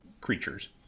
creatures